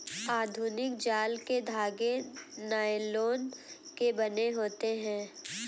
आधुनिक जाल के धागे नायलोन के बने होते हैं